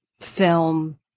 film